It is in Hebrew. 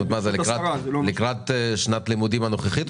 לקראת שנת הלימודים הנוכחית?